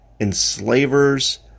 enslavers